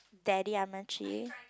daddy